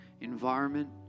environment